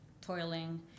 toiling